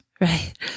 Right